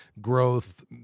growth